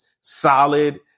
solid